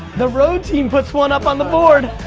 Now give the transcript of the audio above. the road team puts one up on the board.